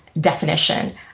definition